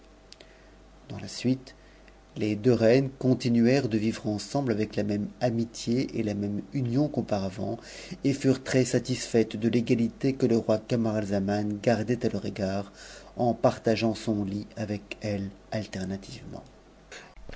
dans la suite les deux reines continuèrent de vivre ensemble avec la une amitié et la même union qu'auparavant et furent trcs satistaites cgalité que le roi camaralzaman gardait leur égard en partageant avec elles a